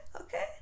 Okay